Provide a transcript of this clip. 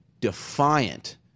defiant